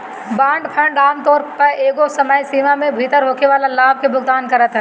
bond fund आमतौर पअ एगो समय सीमा में भीतर होखेवाला लाभ के भुगतान करत हवे